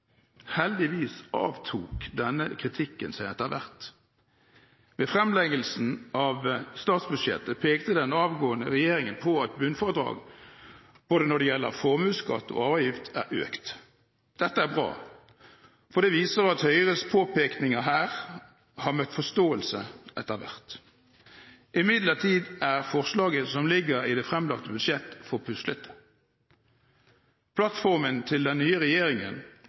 Heldigvis avtok denne kritikken etter hvert. Ved framleggelsen av statsbudsjettet pekte den avgående regjeringen på at bunnfradraget både når det gjelder formuesskatt og arveavgift, er økt. Dette er bra, for det viser at Høyres påpekninger her har møtt forståelse etter hvert. Imidlertid er forslaget som ligger i det framlagte budsjettet, for puslete. Plattformen til den nye regjeringen